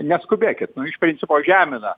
neskubėkit iš principo žemina